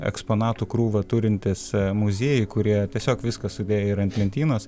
eksponatų krūvą turintys muziejai kurie tiesiog viską sudėję yra ant lentynos